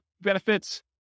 benefits